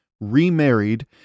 remarried